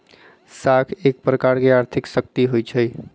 साख एक प्रकार के आर्थिक शक्ति होइ छइ